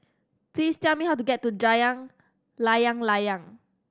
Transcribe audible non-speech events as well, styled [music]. please tell me how to get to [unintelligible] Layang Layang